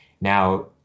now